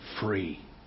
free